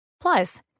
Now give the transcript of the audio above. Plus